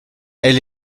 elle